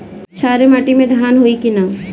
क्षारिय माटी में धान होई की न?